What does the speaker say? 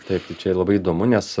taip tai čia labai įdomu nes